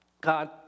God